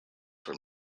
were